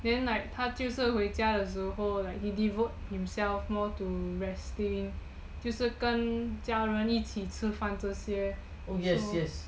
then like 他就是回家的时候 like he devote himself more to resting 就是跟家人一起吃饭这些